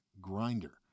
grinder